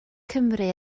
cymru